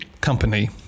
company